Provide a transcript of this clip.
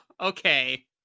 Okay